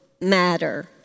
matter